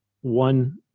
one